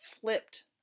flipped